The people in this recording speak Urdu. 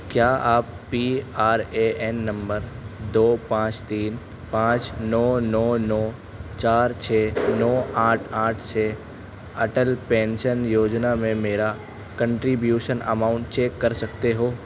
کیا آپ پی آر اے این نمبر دو پانچ تین پانچ نو نو نو چار چھ نو آٹھ آٹھ چھ اٹل پینشن یوجنا میں میرا کنٹریبیوشن اماؤن چیک کر سکتے ہو